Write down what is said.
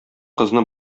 кызны